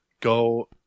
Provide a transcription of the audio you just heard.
go